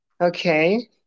okay